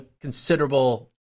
considerable